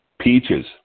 peaches